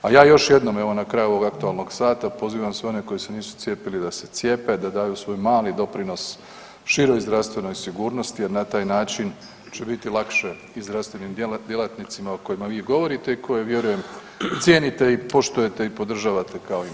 A ja još jednom evo, na kraju ovog aktualnog sata, pozivam sve one koji se nisu cijepili da se cijepe, da daju svoj mali doprinos široj zdravstvenoj sigurnosti jer na taj način će biti lakše i zdravstvenim djelatnicima o kojima vi govorite i koje vjerujem cijenite i poštujete i podržavate kao i mi.